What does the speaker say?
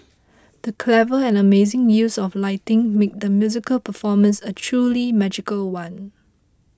the clever and amazing use of lighting made the musical performance a truly magical one